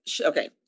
Okay